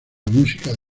música